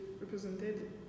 represented